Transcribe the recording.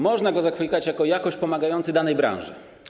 Można go zakwalifikować jako jakoś pomagający danej branży.